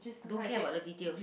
don't care about the details